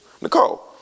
Nicole